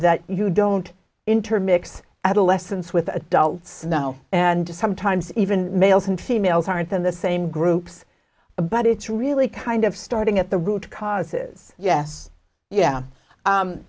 that you don't intermix adolescents with adults now and to sometimes even males and females aren't in the same groups but it's really kind of starting at the root causes yes yeah